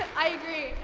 i agree,